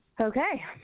Okay